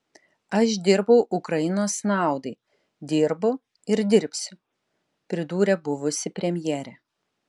aš dirbau ukrainos naudai dirbu ir dirbsiu pridūrė buvusi premjerė